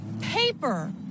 paper